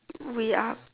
we are